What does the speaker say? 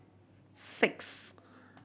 six